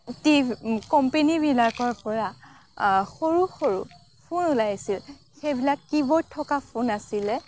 কোম্পানীবিলাকৰ পৰা সৰু সৰু ফোন ওলাইছিল সেইবিলাক কি ব'ৰ্ড থকা ফোন আছিলে